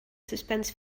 suspense